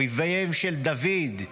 אויביהם של דוד,